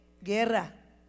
Guerra